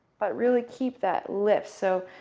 but really keep that lift. so,